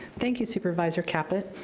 thank you, supervisor caput.